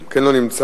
גם הוא לא נמצא,